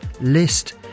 list